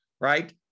Right